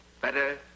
Better